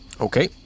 Okay